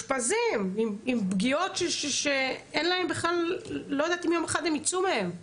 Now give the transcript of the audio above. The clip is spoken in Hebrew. עם פגיעות שאני לא יודעת אם יום אחד הם יצאו מהן.